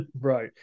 right